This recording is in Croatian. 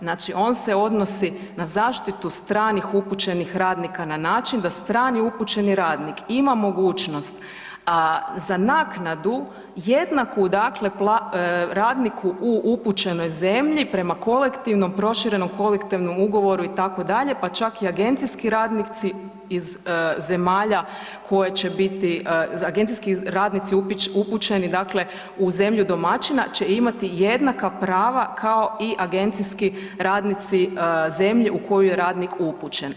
Znači on se odnosi na zaštitu stranih upućenih radnika na način da strani upućeni radnik ima mogućnost za naknadu jednaku dakle, radniku u upućenoj zemlji, prema kolektivnom, proširenom Kolektivnom ugovoru, itd., pa čak i agencijski radnici iz zemalja koje će biti, agencijski radnici upućeni dakle u zemlju domaćina će imati jednaka prava kao i agencijski radnici zemlje u kojoj je radnik upućen.